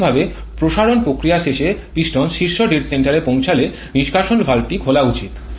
তাত্ত্বিকভাবে প্রসারণ প্রক্রিয়া শেষে পিস্টন শীর্ষ ডেড সেন্টারে পৌঁছালে নিষ্কাশন ভালভটি খোলা উচিত